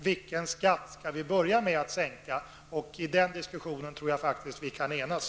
Vilken skatt skall vi börja med att sänka? I den diskussionen tror jag att vi kan enas.